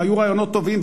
והיו רעיונות טובים,